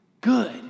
Good